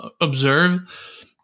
observe